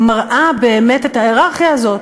מראה באמת את ההייררכיה הזאת: